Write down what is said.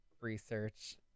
research